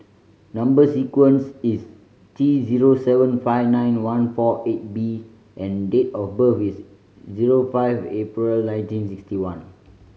number sequence is T zero seven five nine one four eight B and date of birth is zero five April nineteen sixty one